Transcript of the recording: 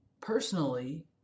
personally